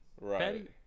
Right